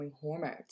hormones